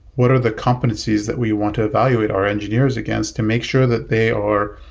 what are the competencies that we want to evaluate our engineers against to make sure that they are